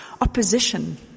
opposition